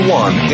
one